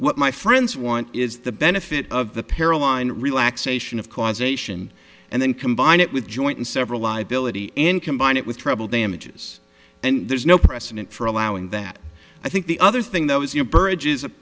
what my friends want is the benefit of the peril on relaxation of causation and then combine it with joint and several liability and combine it with treble damages and there's no precedent for allowing that i think the other thing though is you're b